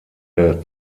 der